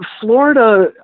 Florida